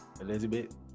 Elizabeth